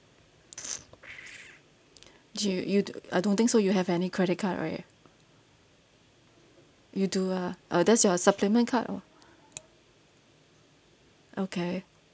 you you I don't think so you have any credit card right you do ah oh that's your supplement card or okay